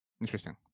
Interesting